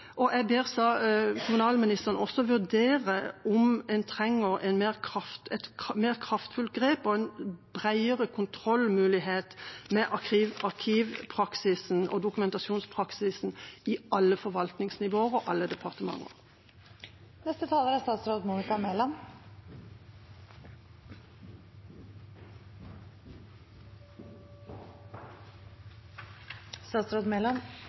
og jeg ber kommunalministeren vurdere om en trenger et mer kraftfullt grep og en bredere kontrollmulighet med arkivpraksisen og dokumentasjonspraksisen i alle forvaltningsnivåer og i alle departementer.